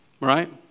Right